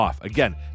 Again